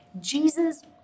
Jesus